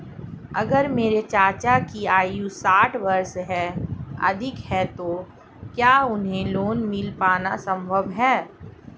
अगर मेरे चाचा की आयु साठ वर्ष से अधिक है तो क्या उन्हें लोन मिल पाना संभव है?